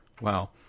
Wow